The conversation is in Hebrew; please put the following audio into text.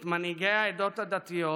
את מנהיגי העדות הדתיות